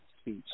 speech